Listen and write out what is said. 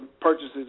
purchases